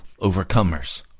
overcomers